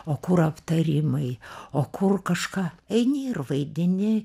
o kur aptarimai o kur kažką eini ir vaidini